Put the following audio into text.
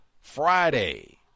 Friday